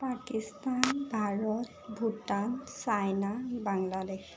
Pakistan Bharat Bhutan China Bangladesh